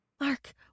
Mark